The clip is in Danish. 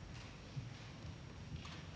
Tak